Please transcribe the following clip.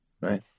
right